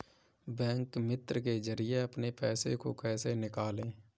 Bank मित्र के जरिए अपने पैसे को कैसे निकालें?